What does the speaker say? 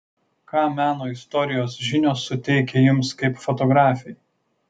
ką meno istorijos žinios suteikia jums kaip fotografei